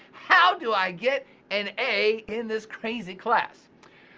how do i get an a in this crazy class?